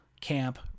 camp